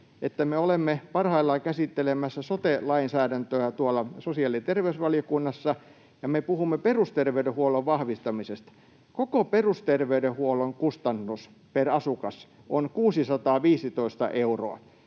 olemme parhaillaan käsittelemässä sote-lainsäädäntöä sosiaali- ja terveysvaliokunnassa, ja me puhumme perusterveydenhuollon vahvistamisesta. Koko perusterveydenhuollon kustannus per asukas on 615 euroa,